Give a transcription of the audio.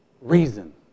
reason